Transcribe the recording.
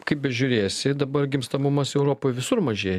kaip bežiūrėsi dabar gimstamumas europoj visur mažėja